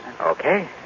Okay